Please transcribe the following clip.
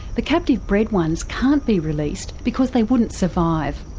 the captive bred ones can't be released because they wouldn't survive.